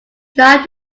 drive